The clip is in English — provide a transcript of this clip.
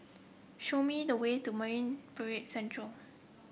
show me the way to Marine Parade Central